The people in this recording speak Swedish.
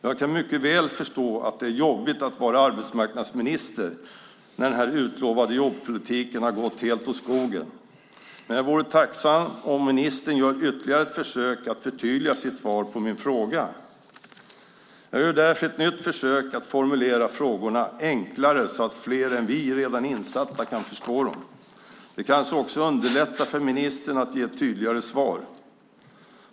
Jag kan mycket väl förstå att det är jobbigt att vara arbetsmarknadsminister när den utlovade jobbpolitiken har gått åt skogen. Jag vore dock tacksam om ministern gjorde ytterligare ett försök att förtydliga sitt svar på min fråga. Jag gör därför ett nytt försök genom att formulera frågorna på ett enklare sätt så att fler än vi redan insatta kan förstå dem. Det kanske även underlättar för ministern att kunna ge ett tydligare svar.